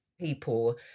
people